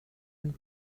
and